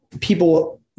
people